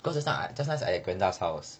cause just now just nice I at glenda's house